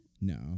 no